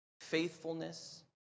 faithfulness